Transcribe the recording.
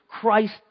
Christ